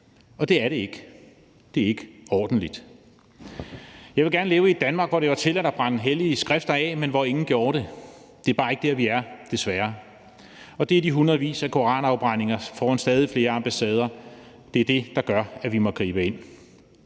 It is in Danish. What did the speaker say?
er det heller ikke; det er ikke ordentligt. Jeg ville gerne leve i et Danmark, hvor det var tilladt at brænde hellige skrifter af, men hvor ingen gjorde det. Det er desværre bare ikke der, vi er, og det er de hundredvis af koranafbrændinger foran stadig flere ambassader, der gør, at vi må gribe ind.